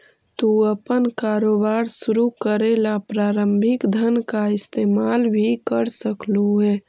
तू अपन कारोबार शुरू करे ला प्रारंभिक धन का इस्तेमाल भी कर सकलू हे